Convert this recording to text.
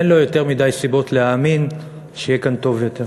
ואין לו יותר מדי סיבות להאמין שיהיה כאן טוב יותר.